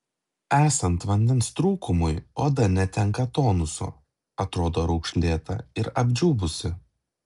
esant vandens trūkumui oda netenka tonuso atrodo raukšlėta ir apdžiūvusi